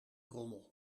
rommel